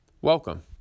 Welcome